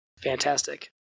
Fantastic